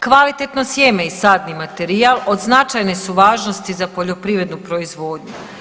Kvalitetno sjeme i sadni materijal od značajne su važnosti za poljoprivrednu proizvodnju.